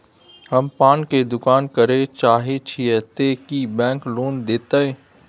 हम पान के दुकान करे चाहे छिये ते की बैंक लोन देतै?